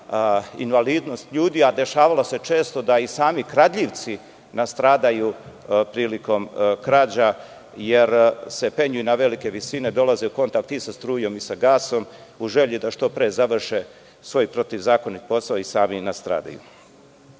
invalidnost ljudi, a dešavalo se često da i sami kradljivci nastradaju prilikom krađa jer se penju na velike visine, dolaze u kontakt i sa strujom i sa gasom u želji da što pre završe svoj protivzakonit posao i sami nastradaju. Mi